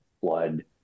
flood